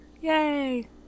Yay